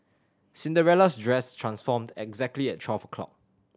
Cinderella's dress transformed exactly at twelve o'clock